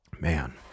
Man